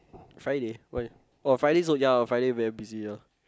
Friday why oh Friday so ya Friday very busy ah